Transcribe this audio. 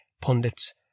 pundits